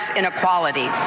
inequality